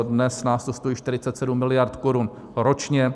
Dnes nás to stojí 47 miliard korun ročně.